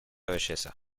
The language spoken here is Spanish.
belleza